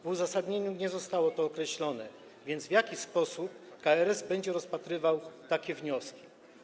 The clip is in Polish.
W uzasadnieniu nie zostało to określone, więc w jaki sposób KRS będzie rozpatrywać takie wnioski?